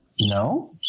No